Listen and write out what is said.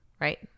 right